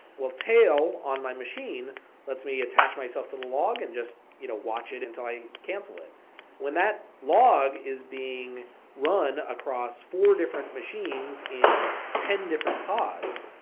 well, tail on my machine lets me attach myself to the log and just you know watch it until i cancel it when that log is being run across four different machines in ten different pods,